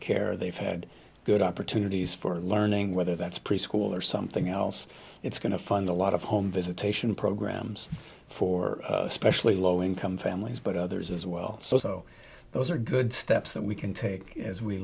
care they've had good opportunities for learning whether that's preschool or something else it's going to fund a lot of home visitation programs for especially low income families but others as well so those are good steps that we can take as we